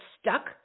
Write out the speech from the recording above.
stuck